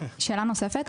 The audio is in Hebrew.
שאלה נוספת.